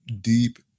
deep